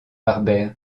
harbert